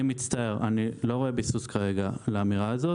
אני מצטער, אני לא רואה ביסוס כרגע לאמירה הזאת.